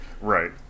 right